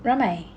ramai